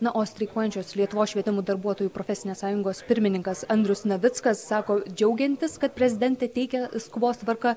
na o streikuojančios lietuvos švietimo darbuotojų profesinės sąjungos pirmininkas andrius navickas sako džiaugiantis kad prezidentė teikia skubos tvarka